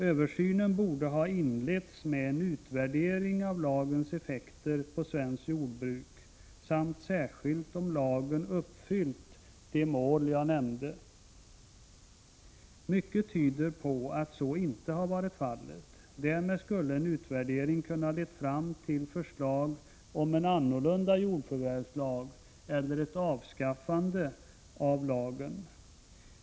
Översynen borde ha inletts med en utvärdering av lagens effekter på svenskt jordbruk samt särskilt av om lagen uppfyllt de mål jag nämnde. Mycket tyder på att så inte varit fallet. Därmed skulle utvärderingen ha kunnat leda fram till förslag om en annorlunda jordförvärvslag eller ett avskaffande av lagen.